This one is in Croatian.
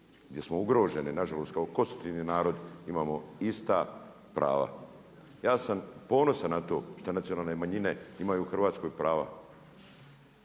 gdje smo ugroženi nažalost kao konstitutivni narod imamo ista prava. Ja sam ponosan na to šta nacionalne manjine imaju u Hrvatskoj prava